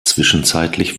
zwischenzeitlich